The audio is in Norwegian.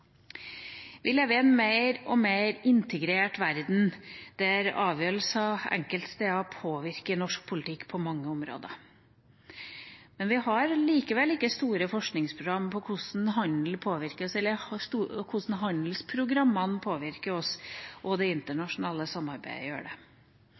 Vi lever i en mer og mer integrert verden, der avgjørelser og enkeltsteder påvirker norsk politikk på mange områder. Vi har likevel ikke store forskningsprogram om hvordan handelsprogrammene påvirker oss, og hvordan det internasjonale samarbeidet gjør det – på samme måte som klimautfordringene setter hele det